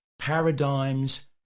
paradigms